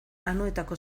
anoetako